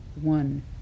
one